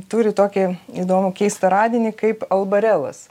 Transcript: turi tokį įdomų keistą radinį kaip albarelas